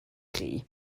chi